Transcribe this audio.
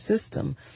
system